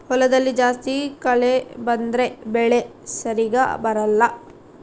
ಹೊಲದಲ್ಲಿ ಜಾಸ್ತಿ ಕಳೆ ಬಂದ್ರೆ ಬೆಳೆ ಸರಿಗ ಬರಲ್ಲ